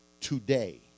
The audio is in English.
today